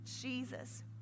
Jesus